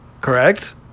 Correct